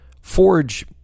Forge